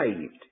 saved